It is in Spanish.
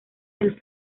del